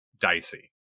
dicey